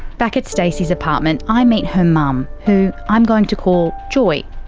back at stacey's apartment i meet her mum, who i'm going to call joy.